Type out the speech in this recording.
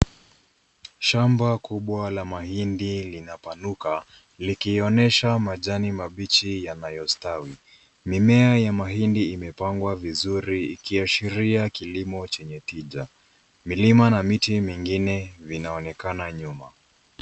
Shamba kubwa la mahindi linapanuka, likionyesha majani mabichi yanayostawi. Mimea ya mahindi imepangwa vizuri ikiashiria kilimo chenye tija . Milima na miti mingine vinaonekana nyuma.